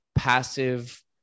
passive